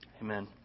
amen